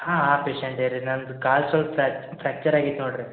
ಹಾಂ ಹಾಂ ಪೇಶಂಟೇ ರೀ ನಮ್ಮದು ಕಾಲು ಸೊಲ್ಪ ಫ್ರಾಕ್ಚರ್ ಆಗೈತಿ ನೋಡ್ರಿ